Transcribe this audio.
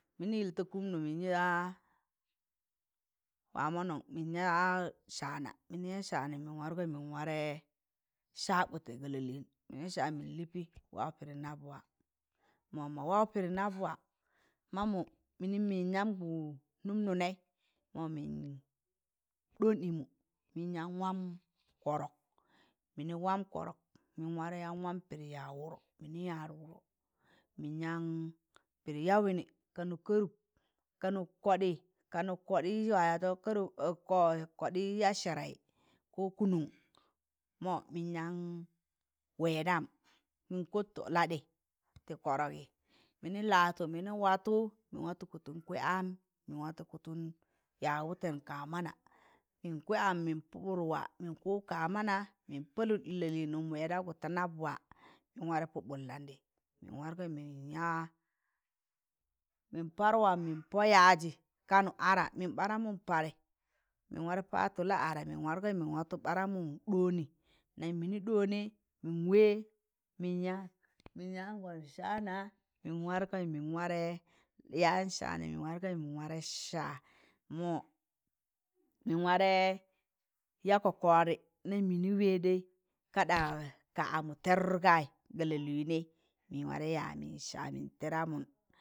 Mịnị ịl ta kụmnụ mịnị yaa wamọnọn mịn yaa saana mịnị yaa saanị mịn wargọị mịn warẹ sabụtẹ ga lalịịn, mịnị saa mịn lịị pị waụ pịdị nab wa ma waụ pịdị nabwa mammụ mịnịm mịn yamgụ nụm nụnẹị mọ mịn ɗọọn ịmụ mịn yaan wam kọrọk mịnị waam kọrọk mịnị waam kọrọk mịn yaan waam pịdị yaịz wụdọ mịnị yad wụdọ mịn yaan pịdị ya wịnị kanụ karup kanụ kọdịị kanụ kọdịị wa yaịzọ kọdịị yaa sẹẹrẹị ko kụnụn mọ mịn yaan wẹẹdam mịn kọtọ ladị tị kọrọgị mịnị ladtọ mịnị watọ mịn yaan kọtọn ya wụtẹn ka mana mịn gwaị am mịn pụbụt wa mịn kwaị am mịn pụbụt wa, mịn kwaị ka mana mịn palụt ị lalịnụm wẹẹ daụ gụ da nabwa mịn warẹ pụbụt landị mịn warẹgọị mịn yaa yamị ị parwam mịn pọ yaịzị kanụ ara mịn ɓaramụn mịn parị mịn warẹ patụ la ara mịn warẹị mịn wargọị mịn ɓaaramịn ɗọọnị nam mịnị ɗọọnẹ mịn wẹ mịn yaan mịn yaan gọn saana mịn wargọị mịn warẹ mịn wargẹ saa mọ mịn warẹ yaa nam mịnị wẹẹ kaɗa ka amụ tẹẹdụt gayị ga lalịnẹị mịn warẹ yaa mịn saa mịn tịdamụn.